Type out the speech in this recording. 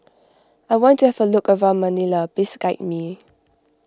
I want to have a look around Manila please guide me